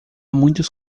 muitos